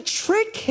trick